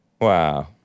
Wow